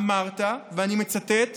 לעצום עיניים